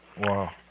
Wow